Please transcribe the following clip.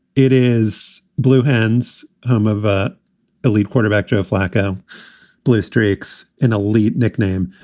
it is blue hands home of ah elite quarterback joe flacco blue streaks in elite nickname.